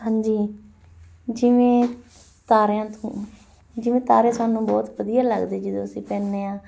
ਹਾਂਜੀ ਜਿਵੇਂ ਤਾਰਿਆਂ ਤੋਂ ਜਿਵੇਂ ਤਾਰੇ ਸਾਨੂੰ ਬਹੁਤ ਵਧੀਆ ਲੱਗਦੇ ਜਦੋਂ ਅਸੀਂ ਪੈਨੇ ਹਾਂ